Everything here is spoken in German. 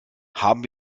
haben